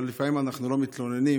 אבל לפעמים אנחנו לא מתלוננים,